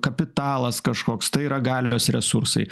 kapitalas kažkoks tai yra galios resursai